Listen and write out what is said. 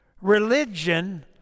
Religion